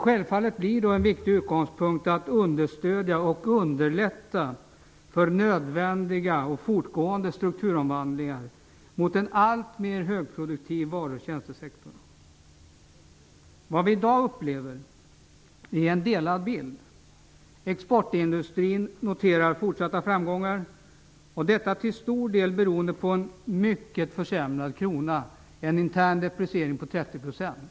Självfallet blir en viktig utgångspunkt att understödja och underlätta för nödvändiga och fortgående strukturomvandlingar mot en alltmer högproduktiv varu och tjänstesektor. I dag ser vi en delad bild. Exportindustrin noterar fortsatta framgångar. Detta beror till stor del på en mycket försämrad krona, dvs. en intern depreciering på 30 %.